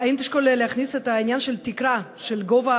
האם תשקול להכניס את עניין התקרה של גובה